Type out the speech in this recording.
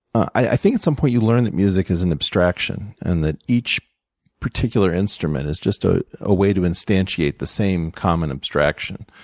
i think at some point, you learn that music is an abstraction, and that each particular instrument is a ah ah way to instantiate the same common abstraction.